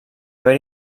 haver